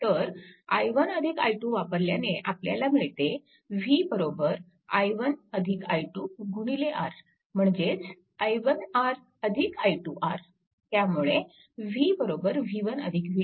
तर i1 i2 वापरल्याने आपल्याला मिळते v i1 i2 R म्हणजेच i1 R i2 R त्यामुळे v v1 v2